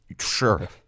Sure